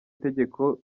itegeko